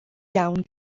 iawn